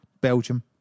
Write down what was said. Belgium